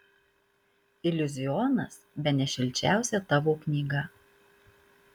iliuzionas bene šilčiausia tavo knyga